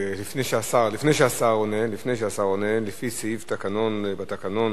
לפני שהשר עונה, לפי הסעיף בתקנון,